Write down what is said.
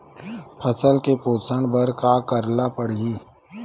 फसल के पोषण बर का करेला पढ़ही?